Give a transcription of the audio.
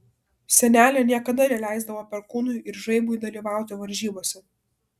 senelė niekada neleisdavo perkūnui ir žaibui dalyvauti varžybose